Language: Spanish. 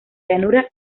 llanura